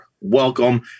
Welcome